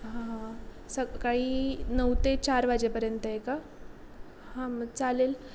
हां हां सकाळी नऊ ते चार वाजेपर्यंत आहे का हां मग चालेल